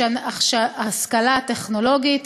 השכלה טכנולוגית,